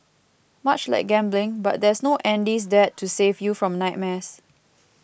much like gambling but there's no Andy's Dad to save you from nightmares